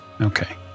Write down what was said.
Okay